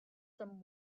some